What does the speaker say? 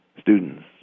students